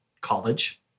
college